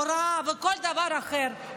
הוראה וכל דבר אחר,